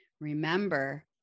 Remember